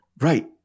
Right